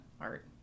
art